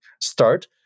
start